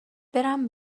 برم